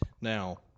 Now